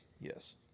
Yes